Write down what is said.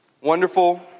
wonderful